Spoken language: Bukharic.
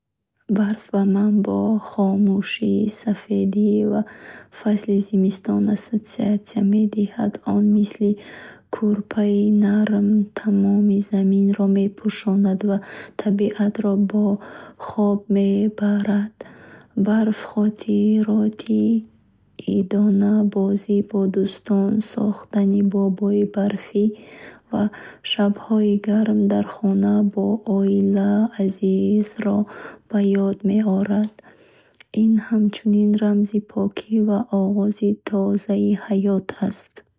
Барф ба ман бо хомӯшӣ, сафедӣ ва фасли зимистон ассоатсия мешавад. Он мисли кӯрпаи нарм тамоми заминро мепӯшонад ва табиатро ба хоб мебарад. Барф хотироти идона, бозӣ бо дӯстон, сохтани бобои барфӣ ва шабҳои гарм дар хона бо оилаи азизро ба ёд меорад. Ин ҳамчунин рамзи покӣ ва оғози тозаи ҳаёт аст.